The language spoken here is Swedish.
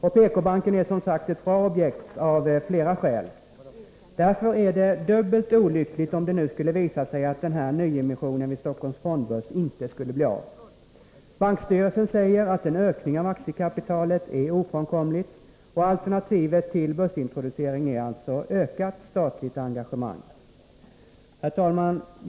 PK-banken är som sagt ett bra objekt av flera skäl. Mot denna bakgrund är det dubbelt olyckligt om det nu skulle visa sig att denna nyemission vid Stockholms fondbörs inte blir av. Bankstyrelsen säger att en ökning av aktiekapitalet är ofrånkomlig. Alternativet till börsintroducering är alltså ökat statligt engagemang. Herr talman!